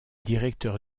directeur